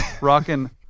rocking